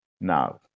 now